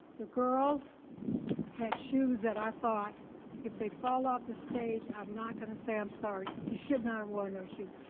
the girls had shoes that i thought if they fall off the stage i'm not gonna say i'm sorry. you should not have worn those shoes.